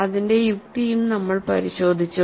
അതിന്റെ യുക്തിയും നമ്മൾ പരിശോധിച്ചു